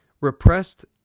repressed